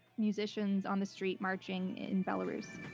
musicians on the street, marching in belarus